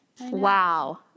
Wow